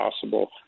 possible